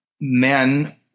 men